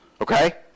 Okay